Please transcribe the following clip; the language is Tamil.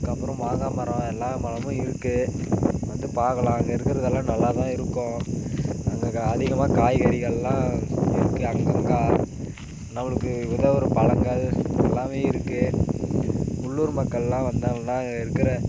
அதுக்கப்புறம் மாங்காய் மரம் எல்லா மரமும் இருக்குது வந்து பார்க்கலாம் இங்கே இருக்கிறதெல்லாம் நல்லாதான் இருக்கும் எங்களுக்கு அதிகமாக காய்கறிகளெலாம் அங்கங்கே நம்மளுக்கு உதவுகிற பழங்கள் எல்லாமே இருக்குது உள்ளூர் மக்களெலாம் வந்தாங்கன்னால் இங்கே இருக்கிற